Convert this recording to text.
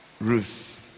Ruth